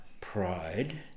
pride